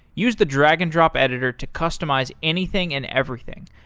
use the drag and drop editor to customize anything and everything.